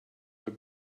the